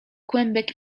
kłębek